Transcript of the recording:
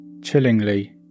Chillingly